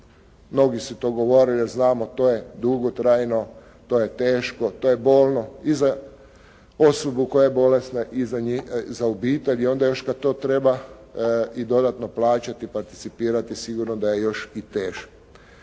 Mnogi su to govorili jer znamo to je dugotrajno, to je teško, to je bolno i za osobu koja je bolesna i za obitelj i onda još kad to treba i dodatno plaćati, participirati, sigurno da je još i teže.